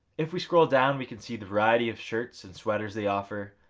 if we scroll down we can see the variety of shirts and sweaters they offer